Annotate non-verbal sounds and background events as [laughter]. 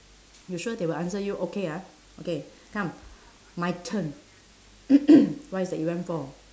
you sure they will answer you okay ah okay come my turn [coughs] what is the event for